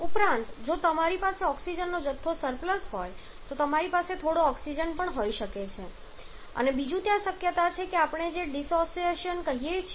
ઉપરાંત જો તમારી પાસે ઓક્સિજનનો જથ્થો સરપ્લસ હોય તો તમારી પાસે થોડો ઓક્સિજન પણ હોઈ શકે છે અને બીજું ત્યાં બીજી શક્યતા છે જેને આપણે ડિસોસિએશન કહીએ છીએ